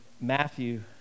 Matthew